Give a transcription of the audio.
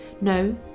No